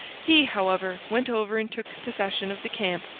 he, however, went over and took possession of the camp,